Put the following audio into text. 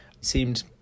seemed